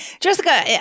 Jessica